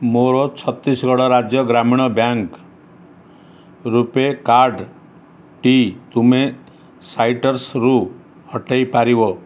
ମୋର ଛତିଶଗଡ଼ ରାଜ୍ୟ ଗ୍ରାମୀଣ ବ୍ୟାଙ୍କ୍ ରୂପୈ କାର୍ଡ଼୍ଟି ତୁମେ ସାଇଟ୍ରସ୍ରୁ ହଟାଇ ପାରିବ